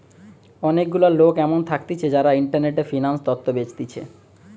অনেক গুলা লোক এমন থাকতিছে যারা ইন্টারনেটে ফিন্যান্স তথ্য বেচতিছে